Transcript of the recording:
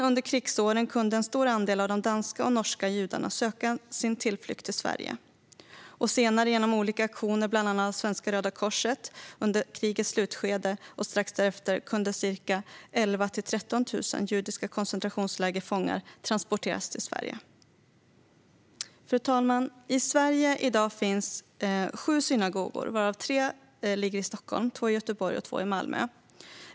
Under krigsåren kunde dock en stor andel av de danska och norska judarna söka sin tillflykt till Sverige, och genom olika aktioner, bland annat av Svenska Röda Korset under krigets slutskede 1945 och strax därefter, kunde ca 11 000-13 000 judiska koncentrationslägerfångar transporteras till Sverige. Fru talman! I Sverige finns i dag sju synagogor varav tre ligger i Stockholm, två i Göteborg och två i Malmö.